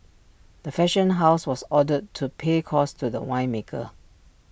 the fashion house was ordered to pay costs to the winemaker